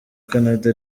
canada